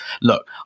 look